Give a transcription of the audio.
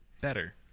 better